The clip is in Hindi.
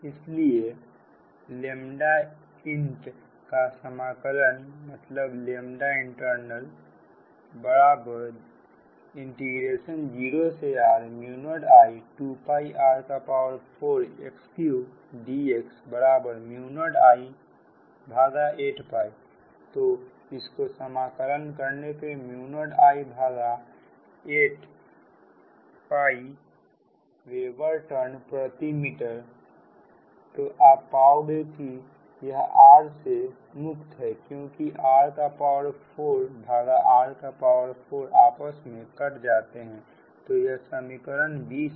इसलिए int का समाकलन int0r 0I2r4x3dx 0I8तो इसको समाकलन करने पर 0I भागा 8 पाई वेबर टर्न प्रति मीटर तो आप पाओगे कि यह r से मुक्त है क्योंकिr4भागा r4 आपस में कट जाते हैं तो यह समीकरण 20 है